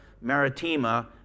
Maritima